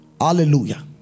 Hallelujah